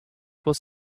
was